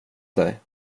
dig